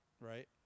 right